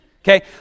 okay